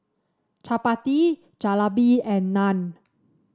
Chapati Jalebi and Naan